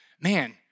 Man